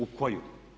U koju?